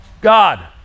God